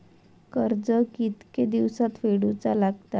कर्ज कितके दिवसात फेडूचा लागता?